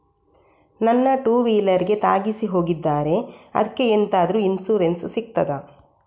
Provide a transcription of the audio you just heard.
ನನ್ನ ಟೂವೀಲರ್ ಗೆ ತಾಗಿಸಿ ಹೋಗಿದ್ದಾರೆ ಅದ್ಕೆ ಎಂತಾದ್ರು ಇನ್ಸೂರೆನ್ಸ್ ಸಿಗ್ತದ?